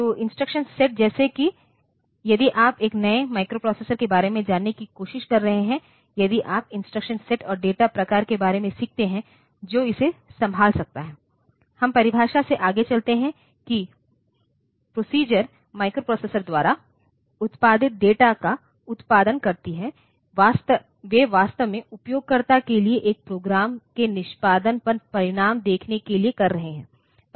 तो इंस्ट्रक्शन सेटजैसे कि यदि आप एक नए माइक्रोप्रोसेसर के बारे में जानने की कोशिश कर रहे हैं यदि आप इंस्ट्रक्शन सेटऔर डेटा प्रकार के बारे में सीखते हैं जो इसे संभाल सकता है हम परिभाषा में आगे चलते हैं कि प्रोसीजर माइक्रोप्रोसेसर द्वारा उत्पादित डेटा का उत्पादन करती हैं वे वास्तव में उपयोगकर्ता के लिए एक प्रोग्राम के निष्पादन पर परिणाम देखने के लिए कर रहे हैं